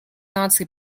наций